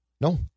No